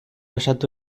osatu